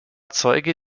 zeuge